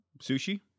Sushi